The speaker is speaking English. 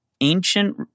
ancient